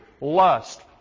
lust